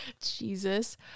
jesus